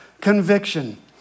Conviction